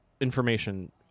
information